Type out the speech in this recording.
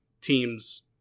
teams